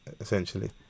essentially